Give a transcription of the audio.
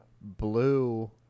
blue